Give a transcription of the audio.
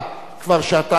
כבר שעתיים ורבע,